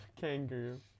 kangaroo